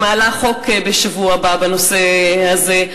אני מעלה חוק בשבוע הבא בנושא הזה,